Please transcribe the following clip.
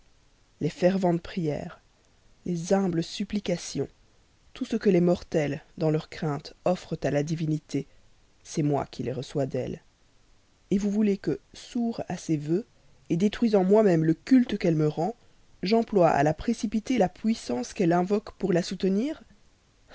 les ferventes prières les humbles supplications tout ce que les mortels dans leur crainte offrent à la divinité c'est moi qui le reçois d'elle vous voulez que sourd à ses vœux détruisant moi-même le culte qu'elle me rend j'emploie à la précipiter la puissance qu'elle invoque pour la soutenir